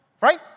right